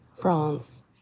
France